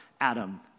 Adam